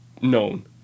known